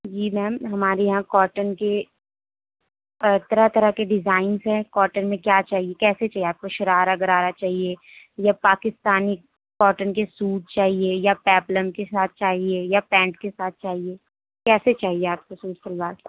جی ma'am ہمارے یہاں cotton کے طرح طرح کے ڈیزائنس ہیں کاٹن میں کیا چاہیے کیسے چاہیے آپ کو شرارا غرارا چاہیے یا پاکستانی کاٹن کے سوٹ چاہیے یا پیپلم کے ساتھ چاہیے یا پینٹ کے ساتھ چاہیے کیسے چاہیے آپ کو سوٹ شلوار